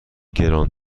گران